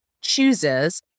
chooses